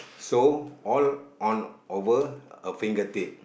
so all on over a fingertip